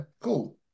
cool